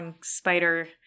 spider